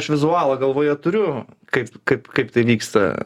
aš vizualą galvoje turiu kaip kaip kaip tai vyksta